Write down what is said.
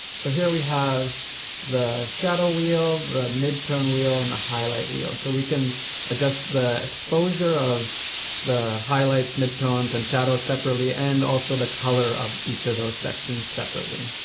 so here we have the shadow wheel, the mid-tone wheel, and the highlight wheel. so we can adjust the exposure of the highlights, mid-tones, and shadows separately, and also the color of each of those sections separately.